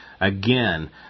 Again